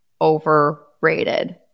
overrated